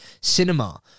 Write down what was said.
cinema